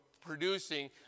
producing